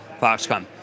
Foxconn